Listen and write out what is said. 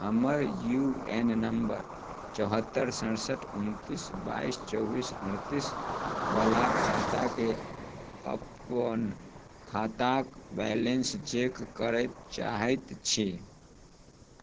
हमर U A N number चौहत्तरि सड़सठि उनतिस बाइस चौबिस अड़तिसवला खाताके अपन खाताके बैलेन्स चेक करऽ चाहै छी